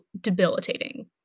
debilitating